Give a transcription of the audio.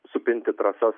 supinti trąsas